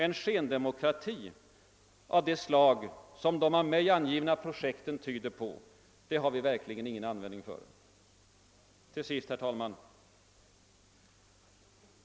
En skendemokrati av det slag som de av mig angivna projekten pekar på har vi verkligen ingen användning för. Herr talman!